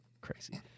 Crazy